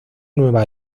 nueva